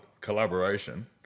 collaboration